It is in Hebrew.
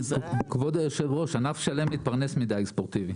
כבוד היושב-ראש, ענף שלם מתפרנס מדיג ספורטיבי.